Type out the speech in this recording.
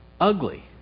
ugly